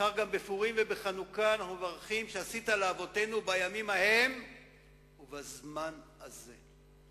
בפורים ובחנוכה אנחנו מברכים "שעשית לאבותינו בימים ההם ובזמן הזה".